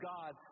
God